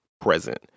present